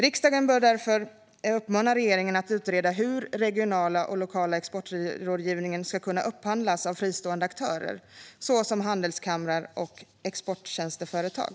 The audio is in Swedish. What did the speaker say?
Riksdagen bör därför uppmana regeringen att utreda hur regional och lokal exportrådgivning ska kunna upphandlas av fristående aktörer såsom handelskamrar och exporttjänstföretag.